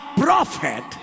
prophet